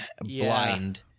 blind